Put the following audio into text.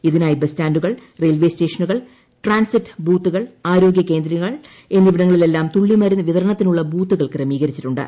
ഇതിനായി ബസ് സ്റ്റാന്റുകൾ റെയിൽവെ സ്റ്റേഷനുകൾ ട്രാൻസിറ്റ് ബൂത്തുകൾ ആരോഗ്യ കേന്ദ്രങ്ങൾ എന്നിവിടങ്ങളിലെല്ലാം തുള്ളിമരുണ്ണ് വിതരണത്തിനുള്ള ബൂത്തുകൾ ക്രമീകരിച്ചിട്ടുണ്ട്